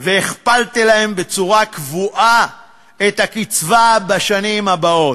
והכפלתם להם בצורה קבועה את הקצבה בשנים הבאות,